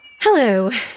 Hello